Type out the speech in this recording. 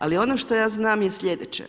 Ali ono što ja znam je sljedeće.